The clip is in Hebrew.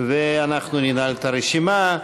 ואנחנו ננעל את הרשימה.